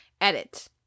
edit